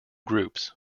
groups